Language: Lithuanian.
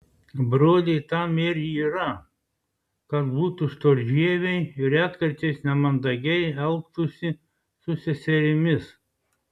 broliai tam ir yra kad būtų storžieviai ir retkarčiais nemandagiai elgtųsi su seserimis